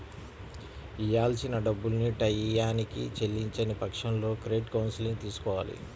ఇయ్యాల్సిన డబ్బుల్ని టైయ్యానికి చెల్లించని పక్షంలో క్రెడిట్ కౌన్సిలింగ్ తీసుకోవాలి